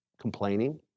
complaining